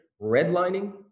redlining